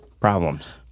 problems